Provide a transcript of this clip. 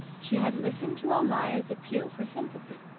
she had listened to almayer's appeal for sympathy,